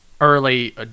early